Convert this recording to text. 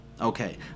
Okay